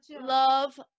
love